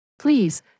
Please